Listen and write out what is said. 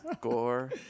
Gore